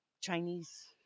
Chinese